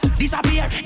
disappear